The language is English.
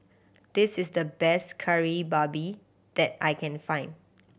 this is the best Kari Babi that I can find